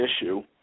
issue